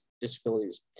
disabilities